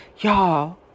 y'all